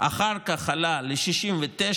אחר כך עלה ל-69%,